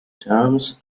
terms